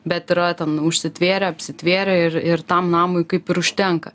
bet yra ten užsitvėrę apsitvėrę ir ir tam namui kaip ir užtenka